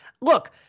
Look